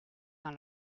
dans